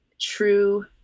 true